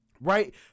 right